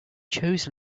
chose